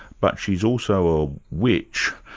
but she's also a witch,